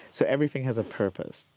so everything has a purpose.